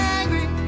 angry